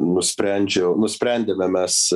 nusprendžiau nusprendėme mes